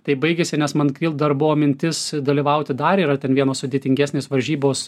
tai baigėsi nes man dar buvo mintis dalyvauti dar yra ten vienos sudėtingesnės varžybos